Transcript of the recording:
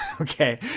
okay